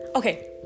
Okay